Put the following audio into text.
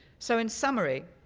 so in summary,